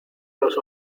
los